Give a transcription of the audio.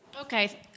Okay